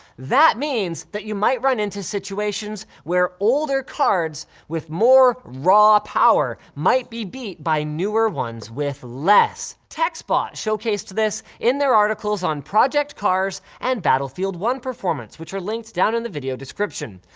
that means, that you might run into situations, where older cards with more raw power might be beat by newer ones with less. textbot showcased this in their articles on project cars and battlefield one performance, which are linked down in the video description,